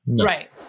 Right